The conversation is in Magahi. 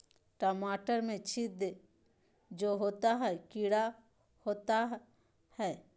टमाटर में छिद्र जो होता है किडा होता है?